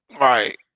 Right